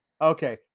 Okay